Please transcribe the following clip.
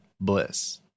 bliss